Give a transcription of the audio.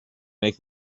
make